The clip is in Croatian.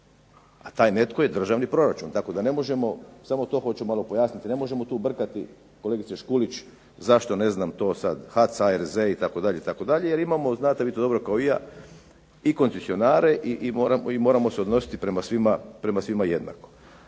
a taj netko je državni proračun, tako da ne možemo, samo to hoću malo pojasniti, ne možemo tu brkati kolegice Škulić zašto ne znam to sad HAC, ARZ itd., itd., jer imamo znate vi to dobro kao i ja i koncesionare i moramo se odnositi prema svima jednako.